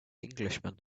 englishman